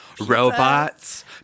robots